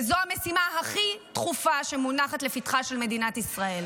וזו המשימה הכי דחופה שמונחת לפתחה של מדינת ישראל.